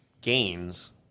gains